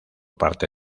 parte